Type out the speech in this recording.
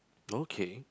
okay